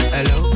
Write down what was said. Hello